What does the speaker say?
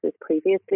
previously